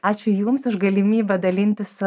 ačiū jums už galimybę dalintis